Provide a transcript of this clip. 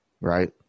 right